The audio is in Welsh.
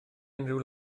unrhyw